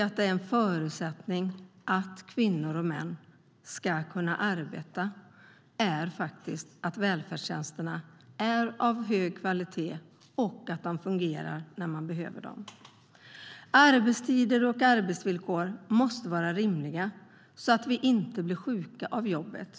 En förutsättning för att kvinnor och män ska kunna arbeta är att välfärdstjänsterna är av hög kvalitet och att de fungerar när man behöver dem. Arbetstider och arbetsvillkor måste vara rimliga så att vi inte blir sjuka av jobbet.